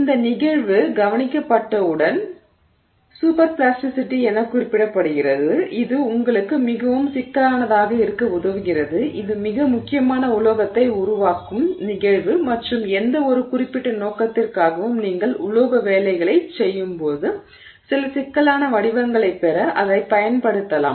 இந்த நிகழ்வு கவனிக்கப்பட்டவுடன் சூப்பர் பிளாஸ்டிசிட்டி என குறிப்பிடப்படுகிறது இது உங்களுக்கு மிகவும் சிக்கலானதாக இருக்க உதவுகிறது இது மிக முக்கியமான உலோகத்தை உருவாக்கும் நிகழ்வு மற்றும் எந்தவொரு குறிப்பிட்ட நோக்கத்திற்காகவும் நீங்கள் உலோக வேலைகளைச் செய்யும்போது சில சிக்கலான வடிவங்களைப் பெற அதைப் பயன்படுத்தலாம்